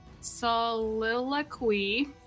Soliloquy